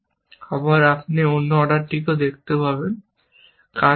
আবার আপনি অন্য অর্ডারটিও দেখতে পারেন কাজটি করে না